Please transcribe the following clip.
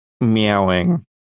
meowing